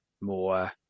more